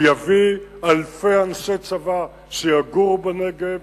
הוא יביא אלפי אנשי צבא שיגורו בנגב,